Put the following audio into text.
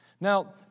Now